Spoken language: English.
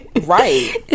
Right